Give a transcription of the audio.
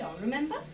remember